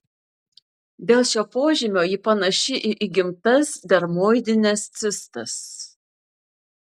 dėl šio požymio ji panaši į įgimtas dermoidines cistas